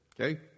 Okay